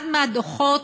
אחד מהדוחות,